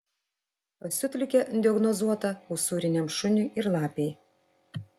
pasiutligė diagnozuota usūriniam šuniui ir lapei